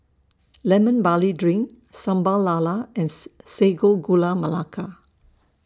Lemon Barley Drink Sambal Lala and Sago Gula Melaka